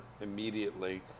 immediately